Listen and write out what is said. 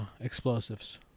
explosives